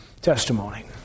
testimony